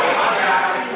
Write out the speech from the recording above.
הייתה ממשלה,